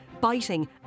biting